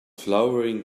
flowering